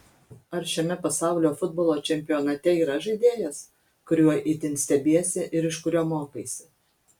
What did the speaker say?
ar šiame pasaulio futbolo čempionate yra žaidėjas kuriuo itin stebiesi ir iš kurio mokaisi